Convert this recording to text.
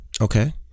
Okay